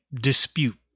dispute